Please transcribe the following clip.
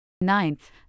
Ninth